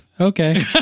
okay